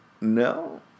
No